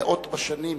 מאות בשנים,